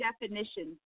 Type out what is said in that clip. definitions